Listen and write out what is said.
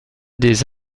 des